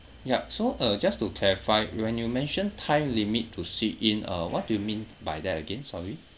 yup so uh just to clarify when you mention time limit to sit in uh what do you mean by that again sorry